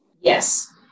Yes